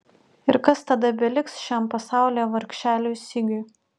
ir kas tada beliks šiam pasaulyje vargšeliui sigiui